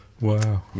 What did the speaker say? Wow